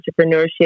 entrepreneurship